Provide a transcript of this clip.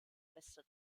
bester